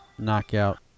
Knockout